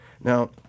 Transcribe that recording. Now